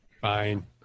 Fine